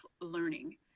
learning